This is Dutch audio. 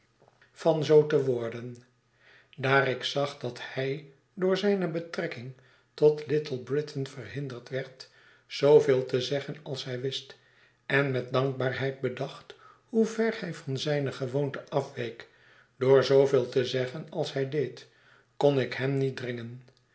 van zoo te worden daar ik zag dat hij door zijne betrekking tot littlebritain verhinderd werd zooveel te zeggen als hij wist en met dankbaarheid bedacht hoe ver hij van zijne gewoonte afweek door zooveel te zeggen als hij deed kon ik hem niet dringen